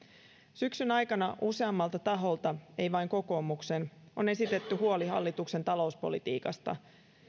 syksyn aikana useammalta taholta ei vain kokoomuksen on esitetty huoli hallituksen talouspolitiikasta